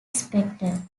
spector